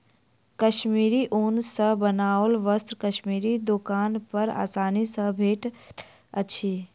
कश्मीरी ऊन सॅ बनाओल वस्त्र कश्मीरी दोकान पर आसानी सॅ भेटैत अछि